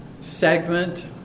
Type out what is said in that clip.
segment